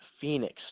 Phoenix